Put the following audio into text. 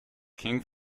king